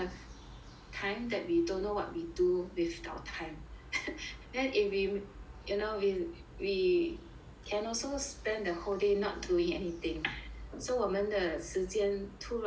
time that we don't know what we do with our time then if we you know we we can also spend the whole day not doing anything so 我们的时间突然